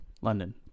London